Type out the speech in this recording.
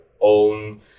own